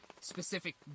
specific